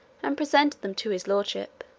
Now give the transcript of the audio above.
and presented them to his lordship.